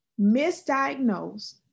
misdiagnosed